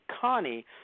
Connie